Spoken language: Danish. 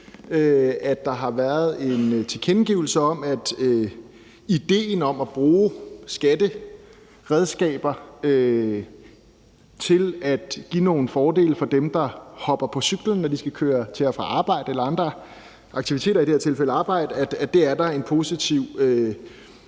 den har været rigtig løfterig. Idéen om at bruge skatteredskaber til at give nogle fordele for dem, der hopper på cyklen, når de skal køre til og fra arbejde eller andre aktiviteter, men i det her tilfælde